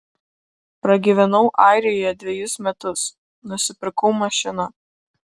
pragyvenau airijoje dvejus metus nusipirkau mašiną